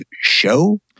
show